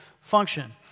function